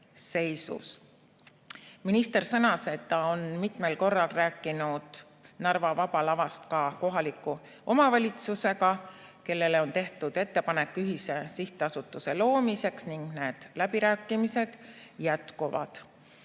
seisus. Minister sõnas, et ta on mitmel korral rääkinud Narva Vabast Lavast ka kohaliku omavalitsusega, kellele on tehtud ettepanek ühise sihtasutuse loomiseks. Need läbirääkimised jätkuvad.